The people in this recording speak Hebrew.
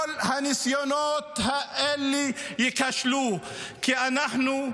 כל הניסיונות האלה ייכשלו כי אנחנו,